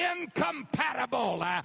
incompatible